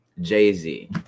Jay-Z